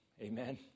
amen